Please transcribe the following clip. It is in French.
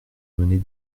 mener